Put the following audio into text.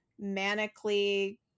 manically